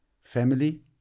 family